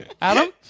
Adam